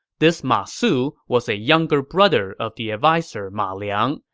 this ma su was a younger brother of the adviser ma liang,